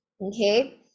okay